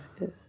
yes